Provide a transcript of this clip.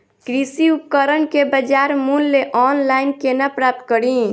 कृषि उपकरण केँ बजार मूल्य ऑनलाइन केना प्राप्त कड़ी?